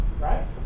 right